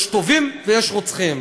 יש טובים, ויש רוצחים.